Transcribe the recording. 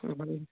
মানে